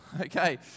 Okay